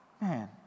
man